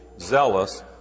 zealous